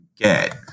get